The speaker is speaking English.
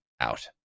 out